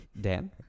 Dan